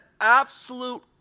absolute